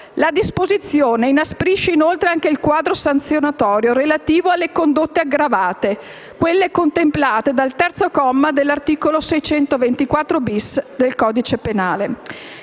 La disposizione inasprisce, inoltre, anche il quadro sanzionatorio relativo alle condotte aggravate, contemplate dal terzo comma dell'articolo 624*-bis* del codice penale.